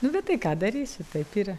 nu bet tai ką darysi taip yra